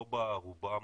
לא ברובם,